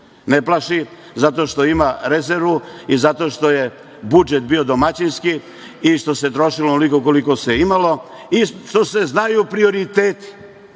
Ne plaši ih zato što ima rezervu, zato što je budžet bio domaćinski, što se trošilo onoliko koliko se imalo i što se znaju prioriteti. Da